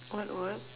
what what